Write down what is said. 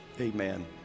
Amen